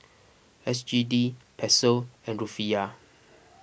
S G D Peso and Rufiyaa